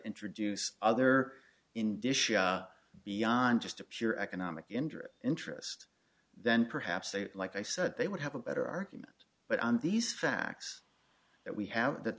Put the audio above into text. introduce other in dish beyond just a pure economic interest interest then perhaps they like i said they would have a better argument but on these facts that we have th